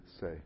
say